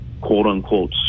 quote-unquote